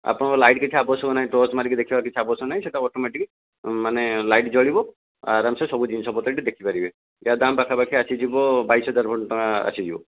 ଆପଣଙ୍କର ଲାଇଟ ଦେଖିବା ଆବଶ୍ୟକ ନାହିଁ ଟର୍ଚ୍ଚ ମାରି ଦେଖିବା କିଛି ଆବଶ୍ୟକ ନାହିଁ ସେ'ଟା ଅଟୋମେଟିକ ମାନେ ଲାଇଟ ଜଳିବ ଆରାମସେ ସବୁ ଜିନିଷ ପତ୍ର ଏ'ଠି ଦେଖିପାରିବେ ୟା ଦାମ ପାଖାପାଖି ଆସିଯିବ ବାଇଶ ହଜାର ଖଣ୍ଡେ ଟଙ୍କା ଆସିଯିବ